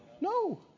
No